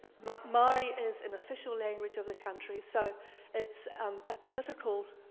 but maori is an official language of the country, so it's um a political